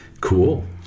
Cool